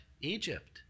Egypt